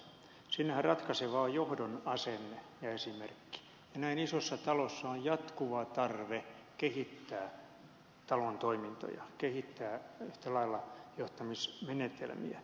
siinähän ratkaisevaa on johdon asenne ja esimerkki ja näin isossa talossa on jatkuva tarve kehittää talon toimintoja kehittää yhtä lailla johtamismenetelmiä